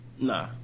Nah